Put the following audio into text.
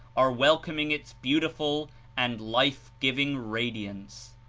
are welcoming its beautiful and life-giving radiance.